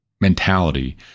mentality